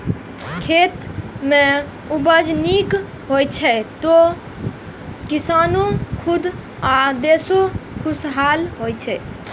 खेत मे उपज नीक होइ छै, तो किसानो खुश आ देशो खुशहाल होइ छै